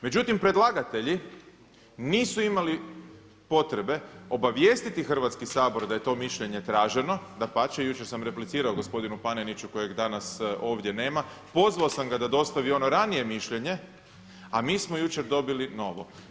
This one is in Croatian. Međutim, predlagatelji nisu imali potrebe obavijestiti Hrvatski sabor da je to mišljenje traženo, dapače jučer sam replicirao gospodinu Paneniću kojeg danas ovdje nema, pozvao sam ga da dostavi ono ranije mišljenje a mi smo jučer dobili novo.